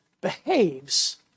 behaves